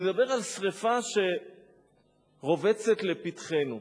אני מדבר על שרפה שרובצת לפתחנו.